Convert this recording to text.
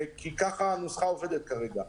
כי כך הנוסחה עובדת כרגע.